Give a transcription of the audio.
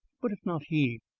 but if not he,